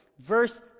Verse